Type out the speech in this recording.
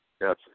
Yes